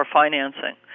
financing